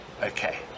okay